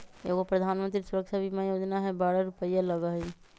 एगो प्रधानमंत्री सुरक्षा बीमा योजना है बारह रु लगहई?